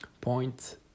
Point